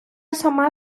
саме